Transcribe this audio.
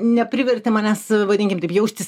neprivertė manęs vadinkim taip jaustis